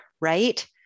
right